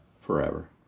forever